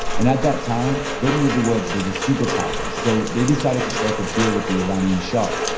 and at that time, britain was the world's biggest superpower. so they decided to strike a deal with the iranian shah.